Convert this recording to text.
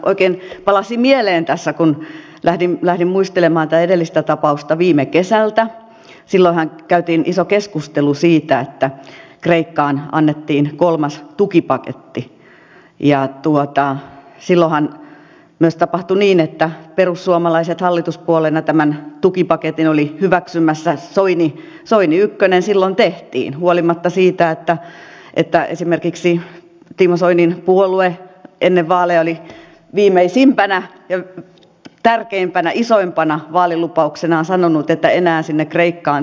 oikein palasi mieleen tässä kun lähdin muistelemaan tätä edellistä tapausta viime kesältä että silloinhan käytiin iso keskustelu siitä että kreikkaan annettiin kolmas tukipaketti ja silloinhan myös tapahtui niin että perussuomalaiset hallituspuolueena tämän tukipaketin olivat hyväksymässä soini ykkönen silloin tehtiin huolimatta siitä että esimerkiksi timo soinin puolue ennen vaaleja oli viimeisimpänä ja tärkeimpänä isoimpana vaalilupauksenaan sanonut että enää sinne kreikkaan tukipaketteja ei tehdä